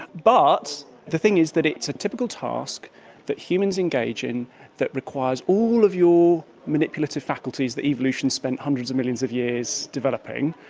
but the thing is that it's a typical task that humans engage in that requires all of your manipulative faculties that evolution spent hundreds of millions of years developing.